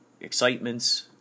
excitements